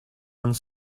one